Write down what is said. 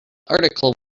article